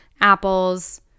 apples